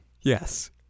Yes